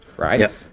right